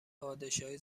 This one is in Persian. پادشاهی